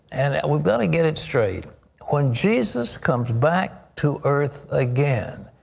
and we've got to get it straight when jesus comes back to earth again,